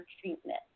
treatment